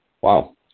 Wow